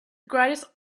greatest